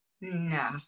no